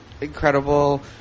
incredible